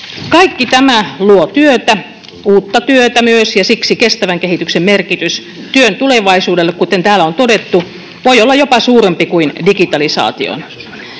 Kaikki tämä luo työtä, uutta työtä myös, ja siksi kestävän kehityksen merkitys työn tulevaisuudelle, kuten täällä on todettu, voi olla jopa suurempi kuin digitalisaation.